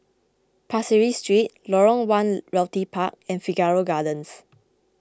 Pasir Ris Street Lorong one Realty Park and Figaro Gardens